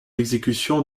exécution